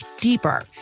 deeper